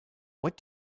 what